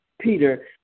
Peter